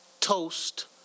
toast